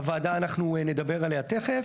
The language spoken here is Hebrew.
הוועדה, אנחנו נדבר עליה תכף.